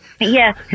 yes